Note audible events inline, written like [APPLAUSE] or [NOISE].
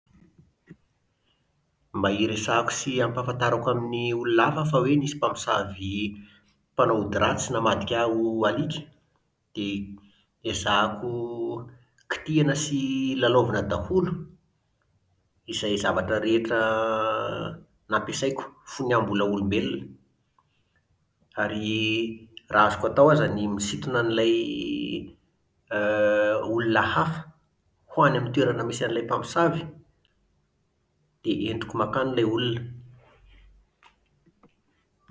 Mba hiresahako sy hampahafantarako amin'ny olona fa hafa hoe nisy mpamosavy mpanao ody ratsy namadika ahy ho alika, dia ezahako [HESITATION] kitihana sy [HESITATION] lalovina daholo izay zavatra rehetra [HESITATION] nampiasaiko fony aho mbola olombelona. Ary [HESITATION] raha azoko atao aza ny misintona an'ilay [HESITATION] aa [HESITATION] olona hafa ho any amin'ny toerana misy an'ilay mpanosavy, dia entiko mankany ilay olona